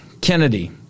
Kennedy